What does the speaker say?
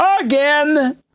Again